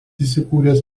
įsikūręs